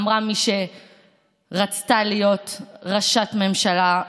אמרה מי שרצתה להיות ראשת ממשלה,